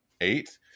eight